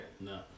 No